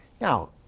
Now